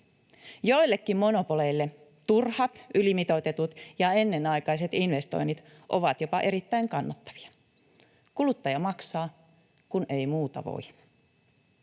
Joillekin monopoleille turhat, ylimitoitetut ja ennenaikaiset investoinnit ovat jopa erittäin kannattavia. Kuluttaja maksaa, kun ei muuta voi.